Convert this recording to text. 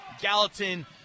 Gallatin